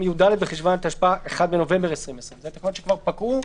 י"ד בחשוון התשפ"א 1 בנובמבר 2020. אלה תקנות שכבר פקעו.